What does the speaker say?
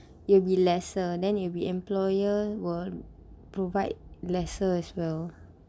it'll be lesser then it'll be employer will provide lesser as well